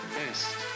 best